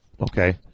okay